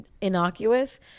innocuous